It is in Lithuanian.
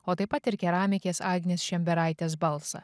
o taip pat ir keramikės agnės šemberaitės balsą